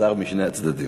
קצרה משני הצדדים.